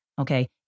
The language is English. Okay